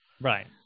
Right